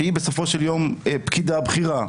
שהיא בסופו של יום פקידה בכירה,